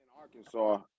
Arkansas